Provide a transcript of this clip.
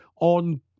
on